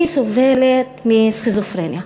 היא סובלת מסכיזופרניה.